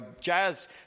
jazz